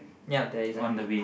ya there isn't any